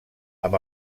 amb